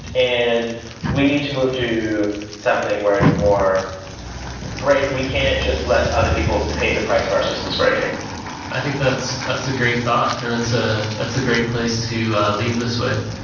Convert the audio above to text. and we need to move to something where it's more break we can't just let other people pay the price of our systems breaking i think that's that's a great thought and it's ah a great place to leave this with.